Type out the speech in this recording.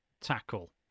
tackle